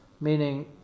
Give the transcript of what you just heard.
meaning